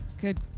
Good